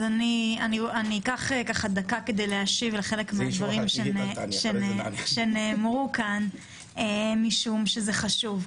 אז אקח דקה כדי להשיב לחלק מהדברים שנאמרו כאן משום שזה חשוב.